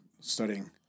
studying